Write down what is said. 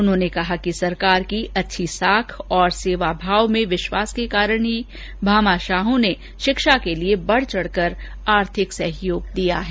उन्होंने कहा कि सरकार की अच्छी साख और सेवाभाव में विश्वास के कारण ही भामाशाहों ने शिक्षा के लिए बढ चढ कर आर्थिक सहयोग दिया है